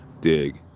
dig